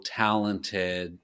talented